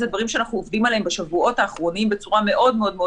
אלה דברים שאנחנו עובדים עליהם בשבועות האחרונים בצורה מאוד מאוד מאוד